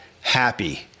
happy